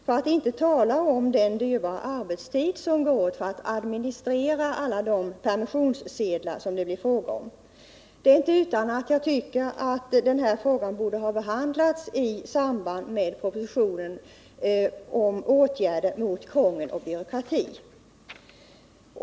Därtill kommer all den dyrbara arbetstid som går åt för att administrera alla permissionssedlar som det blir fråga om. Det är inte utan att jag tycker att denna fråga borde ha behandlats i samband med propositionen om åtgärder mot krångel och byråkrati.